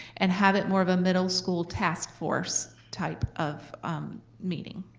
and have it more of a middle school task force type of meeting.